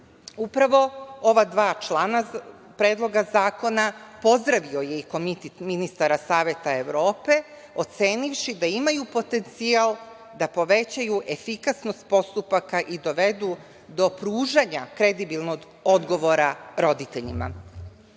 Upravo ova dva člana Predloga zakona pozdravio je i Komitet ministara Saveta Evrope ocenivši da imaju potencijal da povećaju efikasnost postupaka i dovedu do pružanja kredibilnog odgovora roditeljima.